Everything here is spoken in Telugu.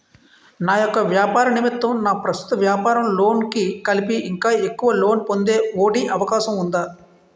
నా యెక్క వ్యాపార నిమిత్తం నా ప్రస్తుత వ్యాపార లోన్ కి కలిపి ఇంకా ఎక్కువ లోన్ పొందే ఒ.డి అవకాశం ఉందా?